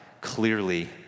clearly